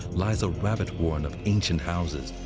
lies a rabbit warren of ancient houses,